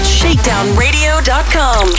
shakedownradio.com